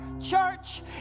church